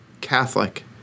Catholic